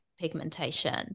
pigmentation